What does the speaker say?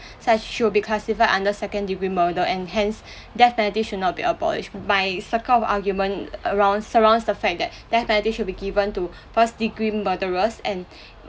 such should be classified under second degree murder and hence death penalty should not be abolished my circle of argument around surrounds the fact that death penalty should be given to first degree murderers and